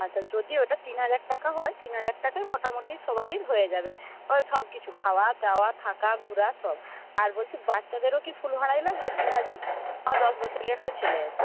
আচ্ছা যদি ওটা তিন হাজার টাকা হয় তিন হাজার টাকায় মোটামুটি সবারই হয়ে যাবে ওই সব কিছু খাওয়াদাওয়া থাকা ঘুরা সব আর বলছি বাচ্চাদেরও কি ফুল ভাড়াই লাগবে তিন হাজার আমার দশ বছরের একটা ছেলে আছে